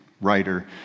writer